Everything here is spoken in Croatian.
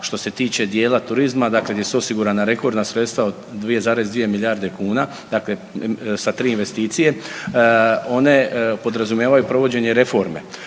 što se tiče dijela turizma, dakle gdje su osigurana rekordna sredstva od 2,2 milijarde kuna, dakle sa 3 investicije. One podrazumijevaju provođenje reforme.